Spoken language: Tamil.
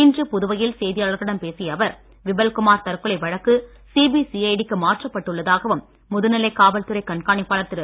இன்று புதுவையில் செய்தியாளர்களிடம் பேசிய அவர் விபல்குமார் தற்கொலை வழக்கு சிபிசிஐடி க்கு மாற்றப்பட்டுள்ளதாகவும் முதுநிலை காவல்துறை கண்காணிப்பாளர் திரு